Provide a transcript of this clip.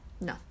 no